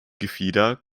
gefieder